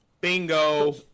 Bingo